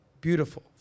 beautiful